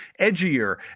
edgier